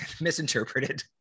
misinterpreted